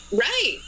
right